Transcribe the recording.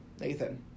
nathan